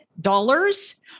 dollars